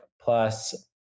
plus